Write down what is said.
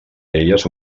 elles